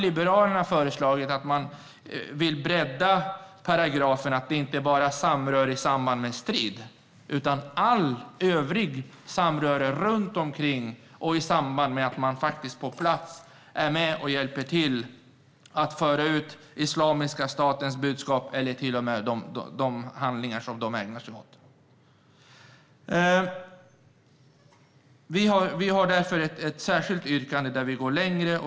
Liberalerna har föreslagit att man ska bredda paragrafen till att gälla inte bara samröre i samband med strid utan allt övrigt samröre runt omkring och i samband med att man är med på plats och hjälper till att föra ut Islamiska statens budskap eller till och med utför de handlingar som IS ägnar sig åt. Vi har därför ett särskilt yrkande, där vi går längre.